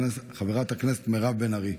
חברת הכנסת מירב בן ארי.